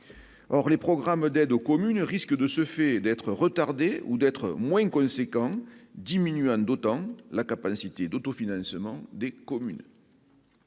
or les programmes d'aide aux communes risquent de ce fait d'être retardés ou d'être moins conséquent diminuant d'autant la capacité d'auto-financement des communes.